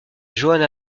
johanna